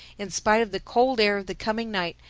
in spite of the cold air of the coming night,